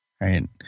right